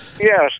yes